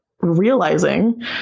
realizing